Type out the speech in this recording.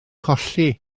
colli